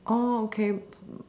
oh okay